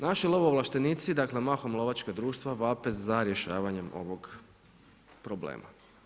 Naši lovoovlaštenici, dakle mahom lovačka društva vape za rješavanjem ovog problema.